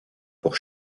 pour